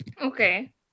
Okay